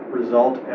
result